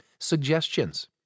Suggestions